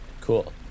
Cool